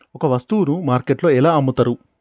ఒక వస్తువును మార్కెట్లో ఎలా అమ్ముతరు?